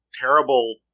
terrible